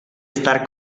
estar